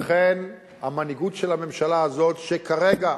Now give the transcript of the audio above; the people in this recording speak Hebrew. לכן, המנהיגות של הממשלה הזו, שכרגע,